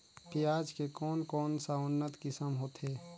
पियाज के कोन कोन सा उन्नत किसम होथे?